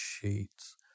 sheets